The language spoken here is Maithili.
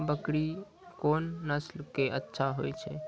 बकरी कोन नस्ल के अच्छा होय छै?